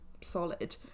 solid